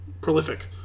prolific